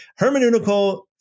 hermeneutical